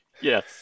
Yes